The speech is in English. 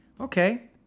Okay